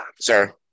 Sir